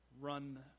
run